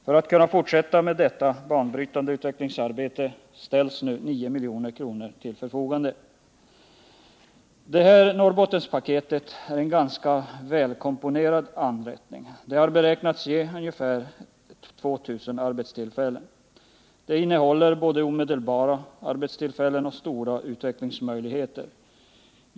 För att detta banbrytande utvecklingsarbete skall kunna fortsättas ställs nu 9 milj.kr. till Norrlandsfondens förfogande. Det här Norrbottenspaketet är en ganska välkomponerad anrättning. Det har beräknats ge ungefär 2 000 arbetstillfällen. Det innehåller både omedelbara arbetstillfällen och stora utvecklingsmöjligheter.